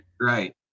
Right